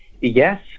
Yes